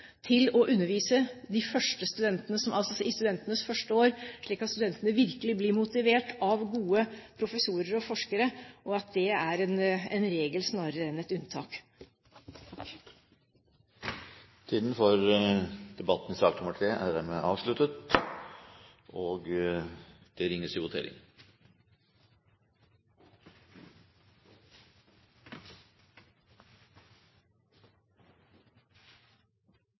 til å undervise i studentenes første år, slik at studentene virkelig blir motivert av gode professorer og forskere, og at det er en regel snarere enn et unntak. Debatten i sak nr. 3 er dermed avsluttet. Stortinget går da til votering.